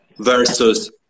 Versus